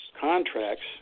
contracts